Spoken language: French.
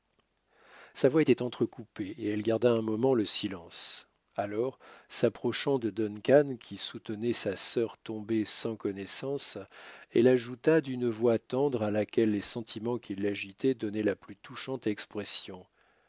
sa voix était entrecoupée et elle garda un moment le silence alors s'approchant de duncan qui soutenait sa sœur tombée sans connaissance elle ajouta d'une voix tendre à laquelle les sentiments qui l'agitaient donnaient la plus touchante expression